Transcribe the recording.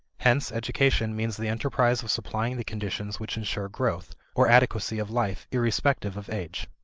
hence education means the enterprise of supplying the conditions which insure growth, or adequacy of life, irrespective of age.